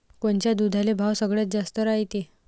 कोनच्या दुधाले भाव सगळ्यात जास्त रायते?